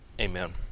Amen